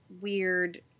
weird